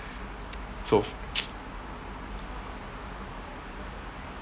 so